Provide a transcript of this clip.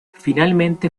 finalmente